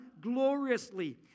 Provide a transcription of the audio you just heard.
gloriously